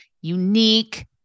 unique